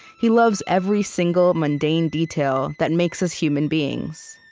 he loves every single mundane detail that makes us human beings.